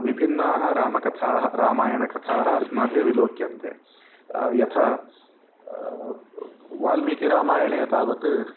विभिन्नाः रामकथाः रामायणकथाः अस्माभिः विलोक्यन्ते यथा वाल्मीकिरामायणे तावत्